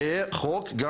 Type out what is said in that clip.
שיהיה חוק גם